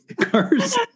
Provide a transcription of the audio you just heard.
cars